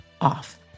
off